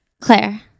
Claire